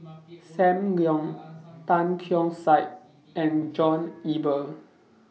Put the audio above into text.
SAM Leong Tan Keong Saik and John Eber